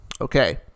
Okay